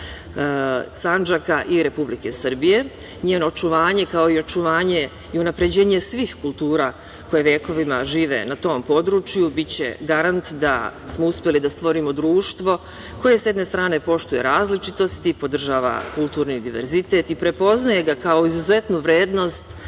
Sandžaka i Republike Srbije. Njeno očuvanje, kao i očuvanje i unapređenje svih kultura koje vekovima žive na tom području, biće garant da smo uspeli da stvorimo društvo koje s jedne strane poštuje različitosti, podržava kulturni diverzitet i prepoznaje ga kao izuzetnu vrednost